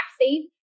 safe